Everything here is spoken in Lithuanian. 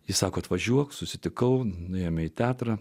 į sako atvažiuok susitikau nuėjome į teatrą